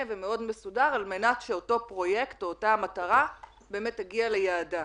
ומסודר כדי שאותו פרויקט או אותה מטרה יגיעו ליעדם.